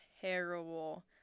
terrible